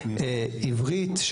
עברית,